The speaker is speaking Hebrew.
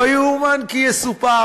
לא יאומן כי יסופר.